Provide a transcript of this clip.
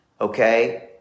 okay